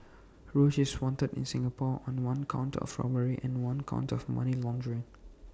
roach is wanted in Singapore on one count of robbery and one count of money laundering